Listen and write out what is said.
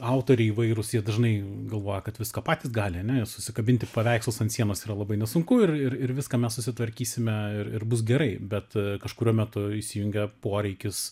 autoriai įvairūs jie dažnai galvoja kad viską patys gali ane susikabinti paveikslus ant sienos yra labai nesunku ir ir ir viską mes susitvarkysime ir ir bus gerai bet kažkuriuo metu įsijungia poreikis